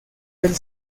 del